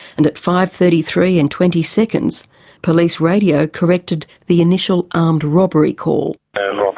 and at five. thirty three and twenty seconds police radio corrected the initial armed robbery call. and um